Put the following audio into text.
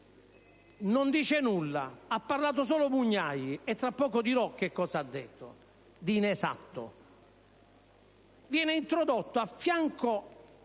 non dice nulla: ha parlato solo Mugnai, e tra poco dirò che cosa ha detto di inesatto. Viene introdotto - a fianco